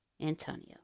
Antonio